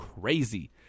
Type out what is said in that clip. crazy